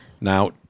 Now